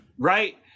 Right